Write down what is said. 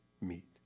meet